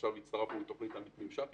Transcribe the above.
עכשיו הצטרפנו לתוכנית עמית ממשק,